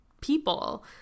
people